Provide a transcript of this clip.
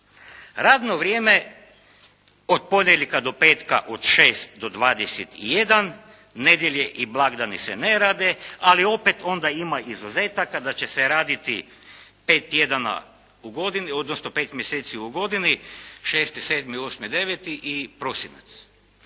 Radno vrijeme od ponedjeljka do petka od 6 do 21, nedjelje i blagdani se ne rade. Ali opet onda ima izuzetaka, da će se raditi pet tjedana u godini, odnosno pet mjeseci